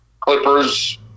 Clippers